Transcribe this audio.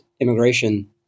immigration